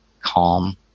calm